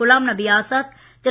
Ghulam Nabi Azad Thiru